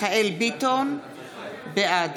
בעד